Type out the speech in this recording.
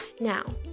Now